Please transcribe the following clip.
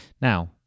Now